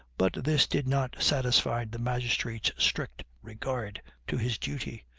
but this did not satisfy the magistrate's strict regard to his duty.